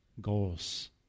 goals